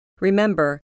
Remember